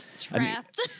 Trapped